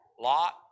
Lot